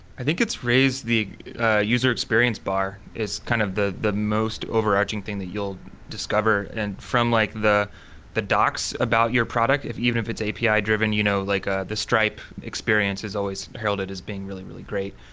i think it's raised the ah user experience bar, is kind of the the most overarching thing that you'll discover. and from like the the docs about your product, even if it's api-driven, you know like ah the stripe experience is always heralded as being really, really great.